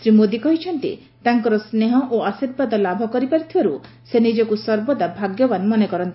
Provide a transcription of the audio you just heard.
ଶ୍ରୀ ମୋଦୀ କହିଛନ୍ତି ତାଙ୍କର ସ୍ନେହ ଓ ଆଶୀର୍ବାଦ ଲାଭ କରିପାରିଥିବାରୁ ସେ ନିଜକୁ ସର୍ବଦା ଭାଗ୍ୟବାନ ମନେକରନ୍ତି